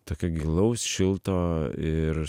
tokio gilaus šilto ir